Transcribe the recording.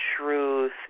truth